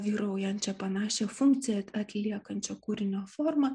vyraujančia panašią funkciją atliekančio kūrinio forma